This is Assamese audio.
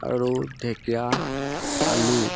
আৰু ঢেকীয়া আলু